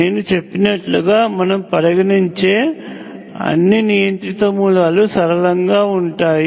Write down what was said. నేను చెప్పినట్లుగా మనము పరిగణించే అన్ని నియంత్రిత మూలాలు సరళంగా ఉంటాయి